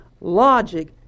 logic